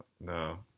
No